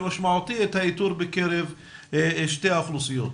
משמעותי את האיתור בקרב שתי האוכלוסיות.